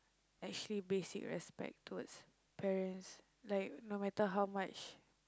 actually basic respect towards parents like no matter how much